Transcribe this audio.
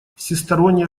всестороннее